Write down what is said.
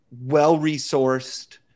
well-resourced